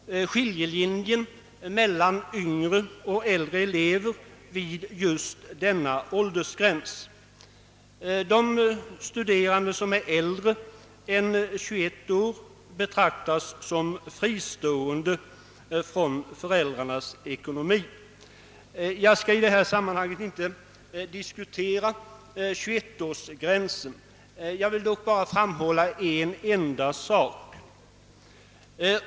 Skiljelinjen mellan yngre och äldre elever dras alltså vid just denna åldersgräns; de studerande som är äldre än 21 år betraktas som ekonomiskt fristående från föräldrarna. Jag skall i detta sammanhang inte ta upp en diskussion om 21-årsgränsen, utan vill endast framhålla en sak.